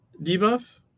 debuff